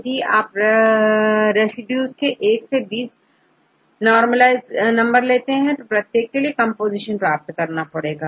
यदि आप प्रत्येक रेसिड्यू 1 से20 नॉर्मलइस करेंगे तो प्रत्येक के लिए कंपोजीशन प्राप्त होगा